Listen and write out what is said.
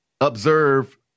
observe